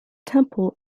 temple